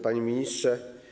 Panie Ministrze!